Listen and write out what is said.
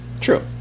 True